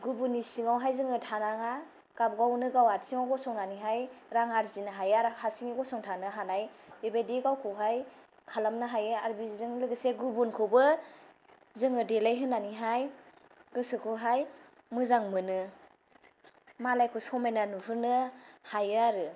गुबुननि सिंआवहाय जोङो थानाङा गावबागावनो गाव आथिंआव गसंनानैहाय रां आरजिनो हायो आरो हारसिंयै गसंथानो हानाय बेबादि गावखौहाय खालामनो हायो आरो बेजों लोगोसे गुबुनखौबो जोङो देलायहोनानैहाय गोसोखौहाय मोजां मोनो मालायखौ समायना नुहोनो हायो आरो